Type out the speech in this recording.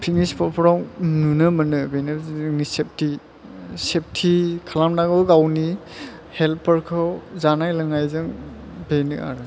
picnic स्पदफोराव नुनो मोनो बेनो जोंनि सेफथि खालामनांगौ गावनि हेल्डफोरखौ जानाय लोंनायजों बेनो आरो